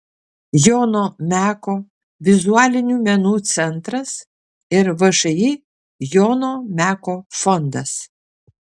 jono meko vizualinių menų centras ir všį jono meko fondas